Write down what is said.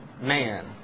man